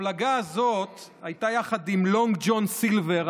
ההפלגה הזאת הייתה יחד עם לונג ג'ון סילבר,